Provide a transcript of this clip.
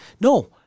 No